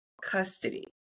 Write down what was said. custody